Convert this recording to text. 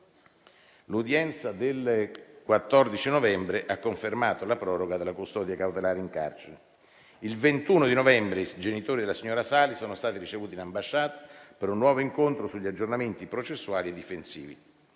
L'udienza del 14 novembre ha confermato la proroga della custodia cautelare in carcere. Il 21 novembre i genitori della signora Salis sono stati ricevuti in ambasciata per un nuovo incontro sugli aggiornamenti processuali e difensivi.